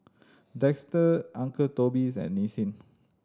Dester Uncle Toby's and Nissin